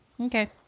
okay